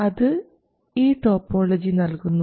അത് ഈ ടോപ്പോളജി നൽകുന്നു